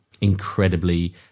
incredibly